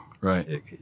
right